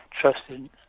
trusted